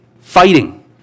fighting